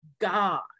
God